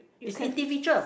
it's individual